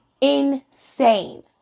Insane